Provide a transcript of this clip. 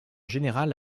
général